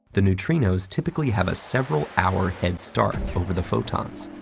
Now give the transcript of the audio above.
the neutrinos typically have a several hour head start over the photons.